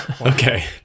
okay